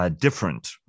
Different